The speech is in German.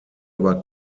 über